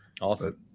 Awesome